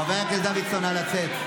חבר הכנסת דוידסון, נא לצאת.